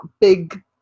big